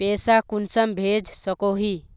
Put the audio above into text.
पैसा कुंसम भेज सकोही?